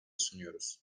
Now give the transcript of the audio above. sunuyoruz